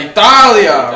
Italia